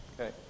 Okay